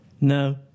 No